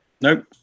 Nope